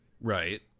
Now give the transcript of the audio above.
Right